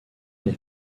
les